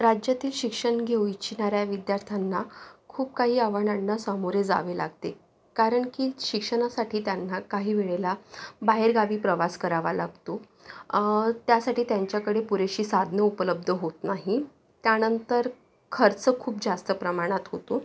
राज्यातील शिक्षण घेऊ इच्छिणाऱ्या विद्यार्थ्यांना खूप काही आव्हानांना सामोरे जावे लागते कारण की शिक्षणासाठी त्यांना काही वेळेला बाहेरगावी प्रवास करावा लागतो त्यासाठी त्यांच्याकडे पुरेशी साधनं उपलब्ध होत नाही त्यानंतर खर्च खूप जास्त प्रमाणात होतो